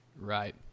Right